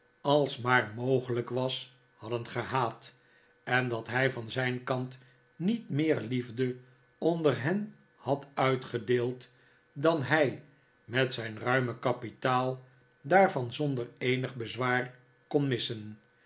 als maar mogelijk was hadden gehaat en dat hij van zijn kant niet meer liefde onder ben had uitgedeeld dan hij met zijn ruime kapitaal daarvan zonder eenig bezwaar koh missen